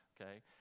okay